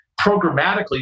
programmatically